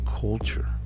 culture